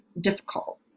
difficult